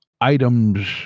items